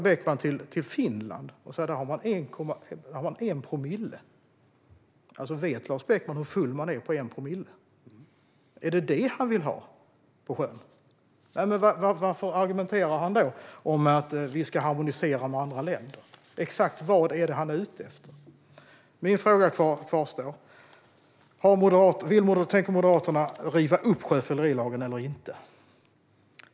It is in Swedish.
Beckman hänvisar till Finland med en gräns på 1 promille. Vet Lars Beckman hur full man är på 1 promille? Är det vad han vill ha på sjön? Varför argumenterar han då för att harmonisera med andra länder? Exakt vad är han ute efter? Min fråga kvarstår: Tänker Moderaterna riva upp sjöfyllerilagen eller inte?